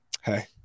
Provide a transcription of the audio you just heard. hey